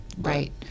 Right